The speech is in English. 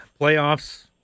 playoffs